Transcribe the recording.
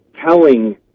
telling